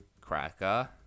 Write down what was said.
cracker